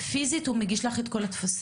פיזית הוא מגיש לך את כל הטפסים.